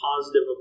positive